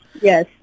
yes